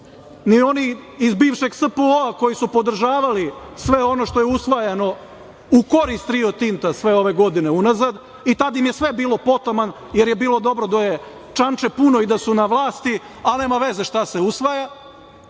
ni oni iz bivšeg SPO, koji su podržavali sve ono što je usvajano u korist Rio Tinta sve ove godine unazad i tada je sve bilo potaman, jer je bilo dobro dok je čamče puno i da su na vlasti, ali nema veze šta se usvaja,